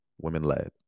women-led